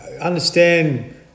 understand